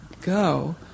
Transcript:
go